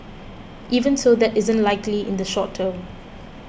even so that isn't likely in the short term